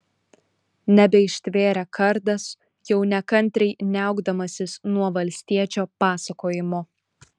nebeištvėrė kardas jau nekantriai niaukdamasis nuo valstiečio pasakojimo